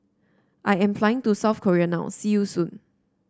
I am flying to South Korea now see you soon